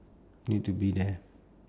we have to be there